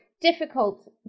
difficult